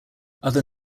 other